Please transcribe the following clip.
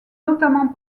notamment